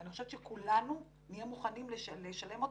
ואני חושבת שכולנו נהיה מוכנים לשלם אותו,